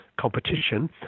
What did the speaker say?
competition